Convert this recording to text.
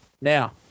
Now